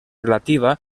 relativa